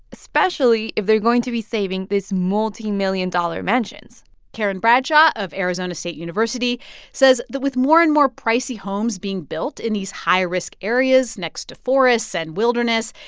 especially if they're going to be saving these multimillion dollar mansions karen bradshaw of arizona state university says that with more and more pricey homes being built in these high-risk areas next to forests and wilderness,